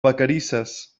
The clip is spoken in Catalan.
vacarisses